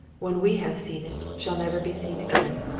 when we have seen it, shall never be seen again?